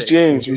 James